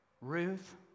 Ruth